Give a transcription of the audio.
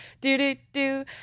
do-do-do